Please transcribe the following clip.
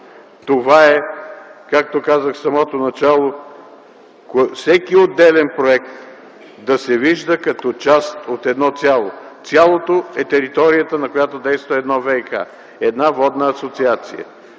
Това е, както казах в самото начало, всеки отделен проект да се вижда като част от едно цяло. Цялото е територията, на която действа едно ВиК, една водна асоциация.